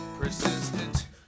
Persistent